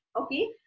Okay